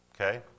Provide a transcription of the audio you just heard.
Okay